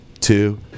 two